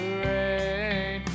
rain